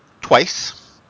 twice